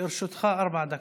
לרשותך ארבע דקות.